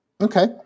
Okay